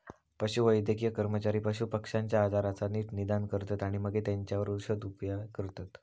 पशुवैद्यकीय कर्मचारी पशुपक्ष्यांच्या आजाराचा नीट निदान करतत आणि मगे तेंच्यावर औषदउपाय करतत